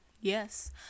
Yes